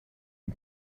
and